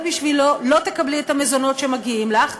בשבילו לא תקבלי את המזונות שמגיעים לך,